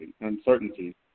uncertainty